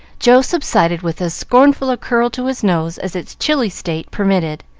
joe subsided with as scornful a curl to his nose as its chilly state permitted,